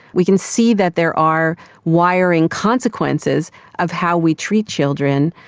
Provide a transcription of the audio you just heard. we can see that there are wiring consequences of how we treat children,